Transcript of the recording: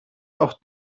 auch